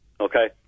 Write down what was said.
okay